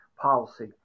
policy